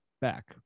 back